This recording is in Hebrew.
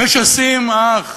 משסים איש